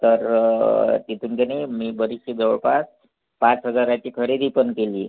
तर तिथून की नाही मी बरीचशी जवळपास पाच हजाराची खरेदी पण केली